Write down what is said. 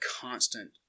constant